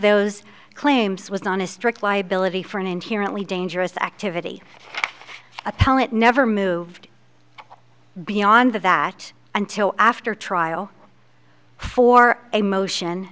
those claims was on a strict liability for an inherently dangerous activity appellant never moved beyond that until after trial for a motion